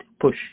push